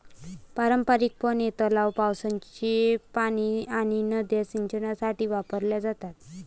पारंपारिकपणे, तलाव, पावसाचे पाणी आणि नद्या सिंचनासाठी वापरल्या जातात